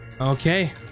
Okay